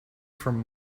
from